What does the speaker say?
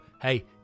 hey